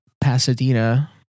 Pasadena